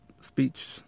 speech